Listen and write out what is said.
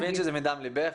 אני מבין שזה מדם ליבך,